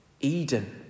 Eden